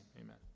amen